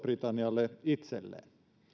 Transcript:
britannialle itselleen